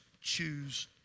choose